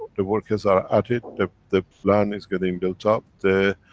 the workers are at it. the, the land is getting built up. the.